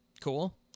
Cool